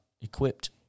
equipped